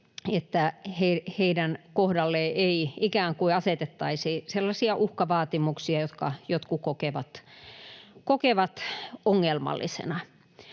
että heidän kohdalleen ei ikään kuin asetettaisi sellaisia uhkavaatimuksia, jotka jotkut kokevat ongelmallisena.